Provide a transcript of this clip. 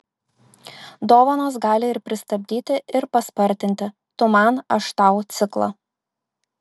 dovanos gali ir pristabdyti ir paspartinti tu man aš tau ciklą